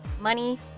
money